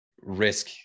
risk